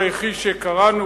פרשת ויחי שקראנו,